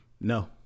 no